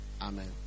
Amen